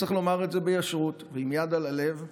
צריך לומר את זה ביושר ועם יד על הלב: